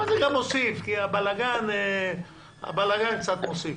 אבל זה גם מוסיף, כי הבלגן קצת מוסיף.